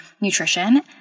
nutrition